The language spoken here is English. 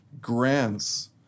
grants